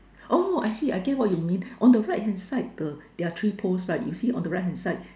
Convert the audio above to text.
oh I see I get what you mean on the right hand side the there are three poles right you see on the right hand side